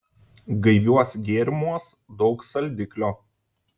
gaiviuos gėrimuos daug saldiklio